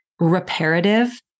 reparative